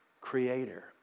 creator